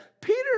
Peter